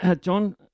John